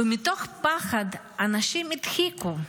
ומתוך פחד אנשים הדחיקו,